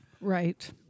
Right